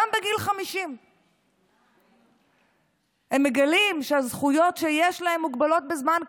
גם בגיל 50. הם מגלים שהזכויות שיש להם הן מוגבלות בזמן,